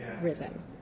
risen